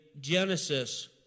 Genesis